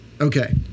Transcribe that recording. Okay